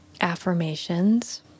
affirmations